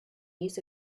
years